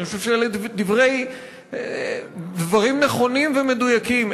אני חושב שאלה דברים נכונים ומדויקים.